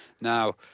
Now